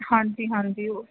ਹਾਂਜੀ ਹਾਂਜੀ ਓ